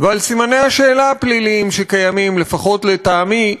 ועל סימני השאלה הפליליים שקיימים, לפחות לטעמי,